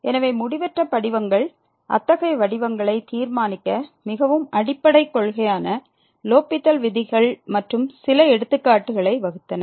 எனவே முடிவற்ற படிவங்கள் அத்தகைய வடிவங்களை தீர்மானிக்க மிகவும் அடிப்படை கொள்கையான லோப்பித்தல் விதிகள் மற்றும் சில எடுத்துக்காட்டுகளை வகுத்தன